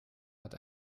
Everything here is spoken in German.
hat